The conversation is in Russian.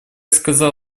сказал